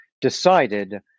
decided